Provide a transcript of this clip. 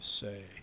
say